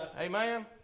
Amen